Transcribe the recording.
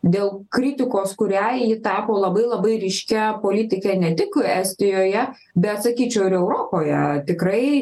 dėl kritikos kuriai ji tapo labai labai ryškia politike ne tik estijoje bet sakyčiau ir europoje tikrai